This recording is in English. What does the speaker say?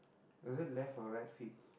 is it left or right feet